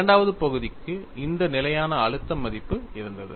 இரண்டாவது பகுதிக்கு இந்த நிலையான அழுத்த மதிப்பு இருந்தது